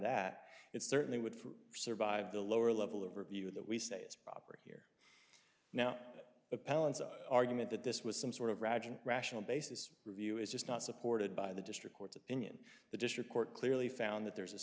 that it certainly would survive the lower level of review that we say is now appellants an argument that this was some sort of ragin rational basis review is just not supported by the district court's opinion the district court clearly found that there is a